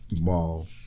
Ball